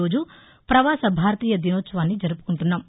రోజు పవాస భారతీయ దినోత్సవాన్ని జరుపుకుంటున్నాం